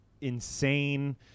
insane